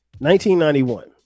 1991